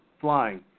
flying